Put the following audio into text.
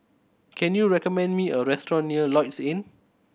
can you recommend me a restaurant near Lloyds Inn